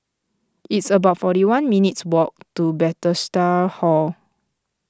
it's about forty one minutes' walk to Bethesda Hall